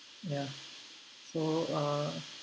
ya so uh